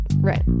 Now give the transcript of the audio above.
Right